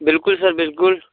बिल्कुल सर बिल्कुल